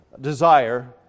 desire